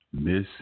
Miss